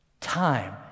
Time